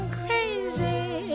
crazy